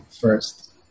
first